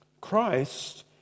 Christ